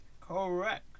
correct